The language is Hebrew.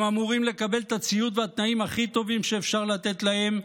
הם אמורים לקבל את הציוד והתנאים הכי טובים שאפשר לתת להם,